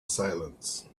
silence